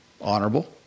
Honorable